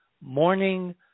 morning